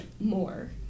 more